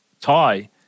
tie